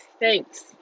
thanks